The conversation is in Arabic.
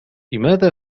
لماذا